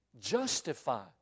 justify